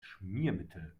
schmiermittel